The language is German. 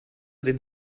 den